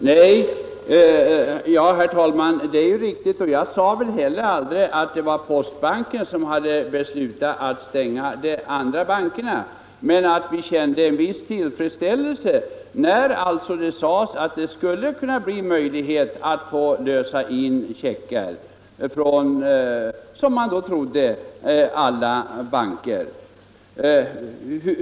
Herr talman! Det är naturligtvis riktigt som kommunikationsministern säger, och jag påstod väl heller aldrig att det var postbanken som stängde de andra bankerna på lördagarna. Man kände en viss tillfredsställelse när det sades att det skulle bli möjligt att lösa in checkar på postkontoren från, som man då trodde, alla banker.